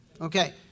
Okay